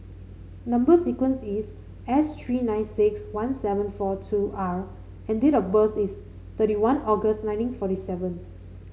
number sequence is S three nine six one seven four two R and date of birth is thirty one August nineteen forty seven